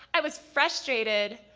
i was frustrated,